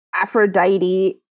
Aphrodite